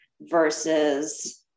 versus